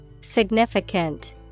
Significant